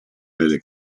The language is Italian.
nelle